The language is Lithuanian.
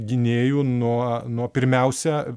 gynėjų nuo nuo pirmiausia